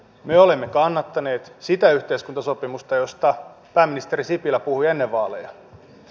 me olemme kannattaneet sitä yhteiskuntasopimusta josta pääministeri sipilä puhui ennen vaaleja